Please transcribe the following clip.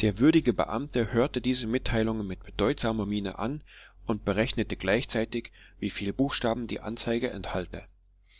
der würdige beamte hörte diese mitteilungen mit bedeutsamer miene an und berechnete gleichzeitig wieviel buchstaben die anzeige enthalte